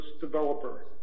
developer